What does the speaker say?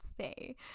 say